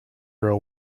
girl